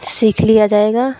सीख लिया जाएगा